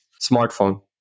smartphone